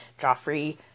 Joffrey